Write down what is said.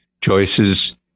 choices